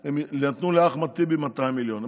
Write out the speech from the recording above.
הם נתנו לאחמד טיבי 200 מיליון,